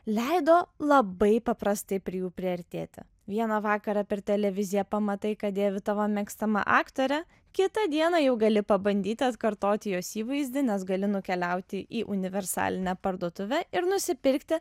leido labai paprastai prie jų priartėti vieną vakarą per televiziją pamatai ką dėvi tavo mėgstama aktorė kitą dieną jau gali pabandyti atkartoti jos įvaizdį nes gali nukeliauti į universalinę parduotuvę ir nusipirkti